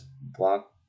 block